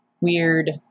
weird